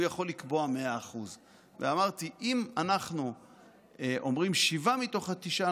הוא יכול לקבוע 100%. אמרתי שאם אנחנו אומרים שבעה מתוך התשעה,